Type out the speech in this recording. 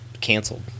canceled